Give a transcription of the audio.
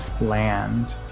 land